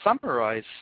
summarize